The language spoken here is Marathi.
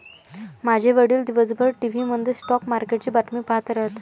माझे वडील दिवसभर टीव्ही मध्ये स्टॉक मार्केटची बातमी पाहत राहतात